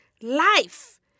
life